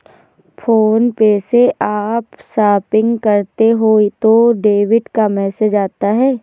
phone पे से आप शॉपिंग करते हो तो डेबिट का मैसेज आता है